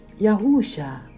Yahusha